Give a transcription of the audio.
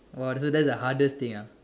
!wah! so that's the hardest thing ah